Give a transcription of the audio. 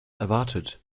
erwartet